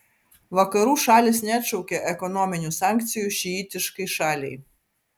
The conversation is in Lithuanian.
vakarų šalys neatšaukė ekonominių sankcijų šiitiškai šaliai